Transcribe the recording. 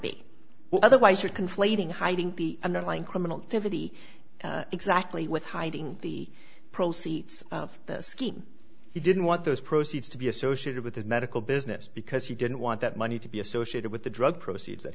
be otherwise you're conflating hiding the underlying criminal activity exactly with hiding the proceeds of this scheme he didn't want those proceeds to be associated with the medical business because he didn't want that money to be associated with the drug proceeds that